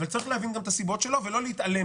אבל צריך להבין גם את הסיבות שלו ולא להתעלם ממנו.